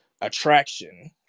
attraction